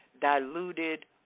diluted